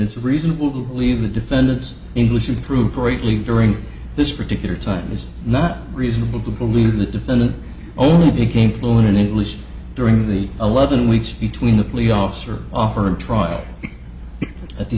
it's reasonable to leave the defendant's english improved greatly during this particular time is not reasonable to believe the defendant only became fluent in english during the eleven weeks between the police officer offer and trial at the